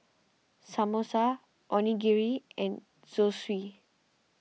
Samosa Onigiri and Zosui